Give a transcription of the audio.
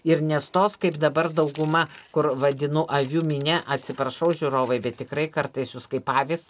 ir nestos kaip dabar dauguma kur vadinu avių minia atsiprašau žiūrovai bet tikrai kartais jūs kaip avys